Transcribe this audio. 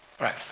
Right